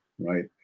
Right